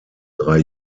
drei